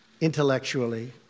intellectually